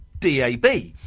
DAB